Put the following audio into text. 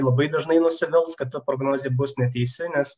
labai dažnai nusivils kad ta prognozė bus neteisi nes